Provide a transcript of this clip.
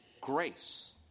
grace